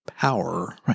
power